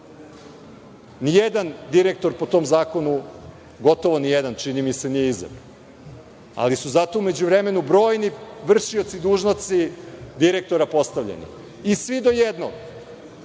Ni jedan direktor po tom zakonu, gotovo ni jedan, čini mi se, nije izabran, ali su zato u međuvremenu brojni vršioci dužnosti direktora postavljeni. Svi do jednog